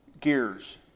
gears